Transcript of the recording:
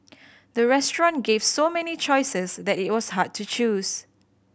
the restaurant gave so many choices that it was hard to choose